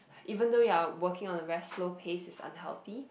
even though you're working on a very slow pace is unhealthy